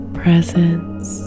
presence